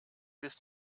bis